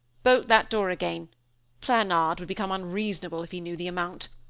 bolt that door again planard would become unreasonable if he knew the amount.